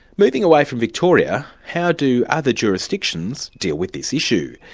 moving away from victoria, how do other jurisdictions deal with this issue?